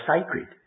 sacred